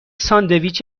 ساندویچ